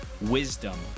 wisdom